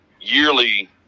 yearly